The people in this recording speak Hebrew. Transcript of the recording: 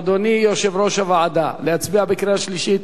אדוני יושב-ראש הוועדה, להצביע בקריאה שלישית?